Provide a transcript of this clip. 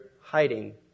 hiding